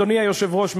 אדוני היושב-ראש,